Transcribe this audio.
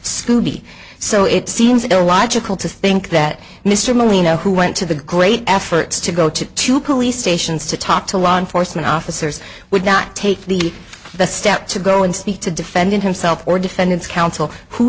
scoobie so it seems illogical to think that mr molina who went to the great effort to go to to police stations to talk to law enforcement officers would not take the step to go and speak to defendant himself or defendant's counsel who